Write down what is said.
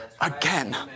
again